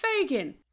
fagin